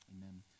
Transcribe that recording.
Amen